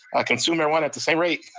a consumer went at the same rate,